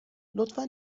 لطفا